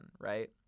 right